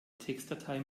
textdatei